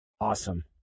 Awesome